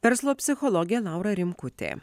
verslo psichologė laura rimkutė